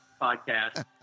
podcast